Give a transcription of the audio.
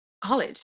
college